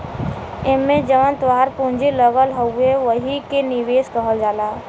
एम्मे जवन तोहार पूँजी लगल हउवे वही के निवेश कहल जाला